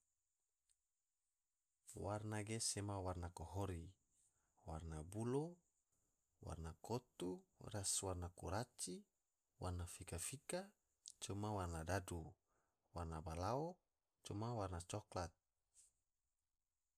Warna ge sema warna kohori, warna bulo, warna kotu, ras warna kuraci, warna fika fika, coma warna dadu, warna balao coma warna coklat.